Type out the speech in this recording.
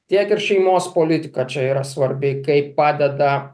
tiek ir šeimos politika čia yra svarbi kaip padeda